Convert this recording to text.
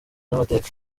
n’amateka